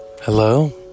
Hello